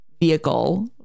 vehicle